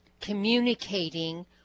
communicating